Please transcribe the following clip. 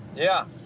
yeah.